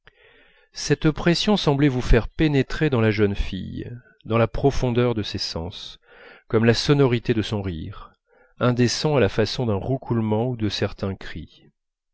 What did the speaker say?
cette pression semblait vous faire pénétrer dans la jeune fille dans la profondeur de ses sens comme la sonorité de son rire indécent